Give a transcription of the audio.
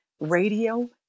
radio